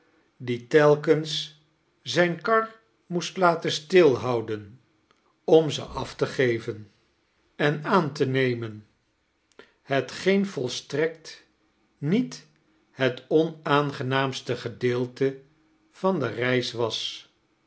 die telkens zijne kar moest laten stilhouden om ze af te geven en aan te nemen hetgeen volstrekt niet het onaangenaamste ge deelte van de reis was